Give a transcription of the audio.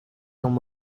temps